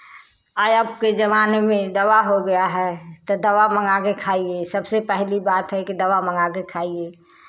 अब के ज़माने में दवा हो गया है तो दवा मंगा के खाइए सबसे पहली बात है कि दवा मंगा के खाइए